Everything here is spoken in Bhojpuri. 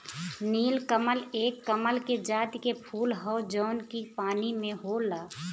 नीलकमल एक कमल के जाति के फूल हौ जौन की पानी में होला